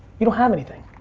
you don't have anything.